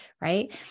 right